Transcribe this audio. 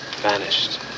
Vanished